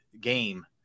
game